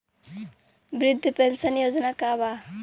वृद्ध पेंशन योजना का बा?